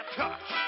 touch